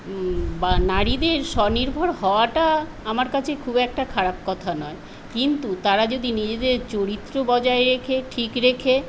বা নারীদের স্বনির্ভর হওয়াটা আমার কাছে খুব একটা খারাপ কথা নয় কিন্তু তারা যদি নিজেদের চরিত্র বজায় রেখে ঠিক রেখে